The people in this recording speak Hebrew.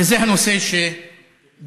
וזה הנושא שבעטיו,